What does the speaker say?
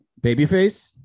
Babyface